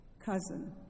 cousin